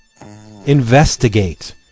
Investigate